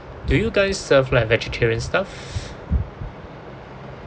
do you guys serve like vegetarian stuff